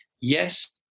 yes